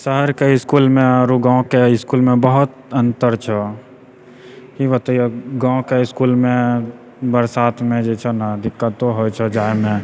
शहरके इसकुलमे आओर गाँवके इसकुलमे बहुत अन्तर छऽ की बतइऔ गाँवके इसकुलमे बरसातके समय छऽ ने दिक्कतो होइ छऽ इसकुल जाइमे